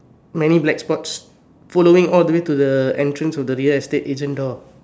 many black spots following all the way to the entrance of the real estate agent door